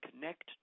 connect